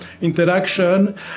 interaction